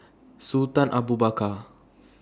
Sultan Abu Bakar